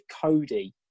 Cody